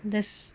this